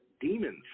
demons